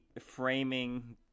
framing